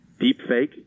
deepfake